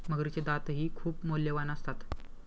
मगरीचे दातही खूप मौल्यवान असतात